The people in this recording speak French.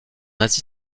asie